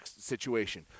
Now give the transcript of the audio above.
situation